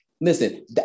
Listen